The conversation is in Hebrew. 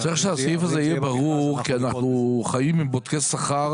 צריך שהסעיף יהיה ברור כי אנחנו חיים עם בודקי שכר